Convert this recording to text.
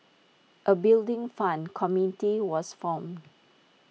A Building Fund committee was formed